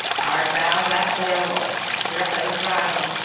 art thou that beowulf, breca's rival,